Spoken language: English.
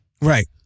Right